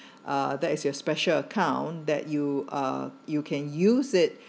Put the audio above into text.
uh that is your special account that you uh you can use it